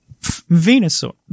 Venusaur